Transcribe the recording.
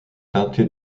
teinté